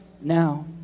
now